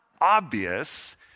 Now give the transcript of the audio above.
obvious